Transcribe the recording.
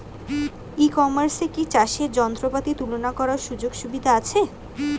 ই কমার্সে কি চাষের যন্ত্রপাতি তুলনা করার সুযোগ সুবিধা আছে?